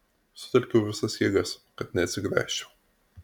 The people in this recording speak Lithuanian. sutelkiau visas jėgas kad neatsigręžčiau